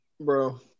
bro